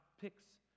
picks